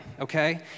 okay